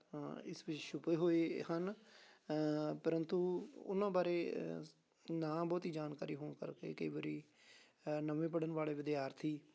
ਇਸ ਵਿੱਚ ਛੁਪੇ ਹੋਏ ਹਨ ਪਰੰਤੂ ਉਹਨਾਂ ਬਾਰੇ ਨਾ ਬਹੁਤੀ ਜਾਣਕਾਰੀ ਹੋਣ ਕਰਕੇ ਕਈ ਵਾਰੀ ਨਵੇਂ ਪੜ੍ਹਨ ਵਾਲੇ ਵਿਦਿਆਰਥੀ